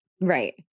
Right